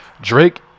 Drake